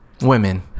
women